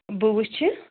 بہٕ وُچھٕ